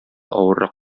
авыррак